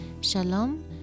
Shalom